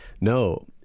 No